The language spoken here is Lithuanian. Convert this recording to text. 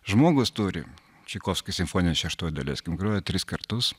žmogus turi čaikovskio simfonija šeštoji dalis groja tris kartus